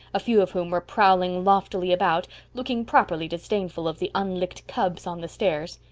a few of whom were prowling loftily about, looking properly disdainful of the unlicked cubs on the stairs.